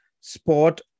sport